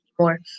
more